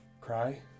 cry